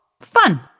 Fun